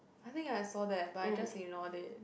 I think I saw that but I just ignored it